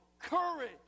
courage